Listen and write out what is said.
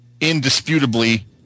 indisputably